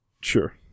Sure